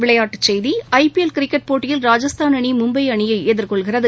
விளையாட்டுக் செய்தி I P L cricket போட்டியில் ராஜஸ்தான் அணி மும்பை அணியை எதிர்கொள்கிறது